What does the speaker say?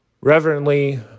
reverently